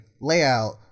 layout